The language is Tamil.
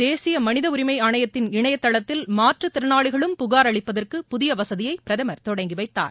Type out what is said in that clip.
தேசிய மனித உரிமை ஆணையத்தின் இணையதளத்தில் மாற்றுத் திறனாளிகளும் புகார் அளிப்பதற்கு புதிய வசதியை பிரதமர் தொடங்கிவைத்தார்